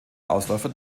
ausläufer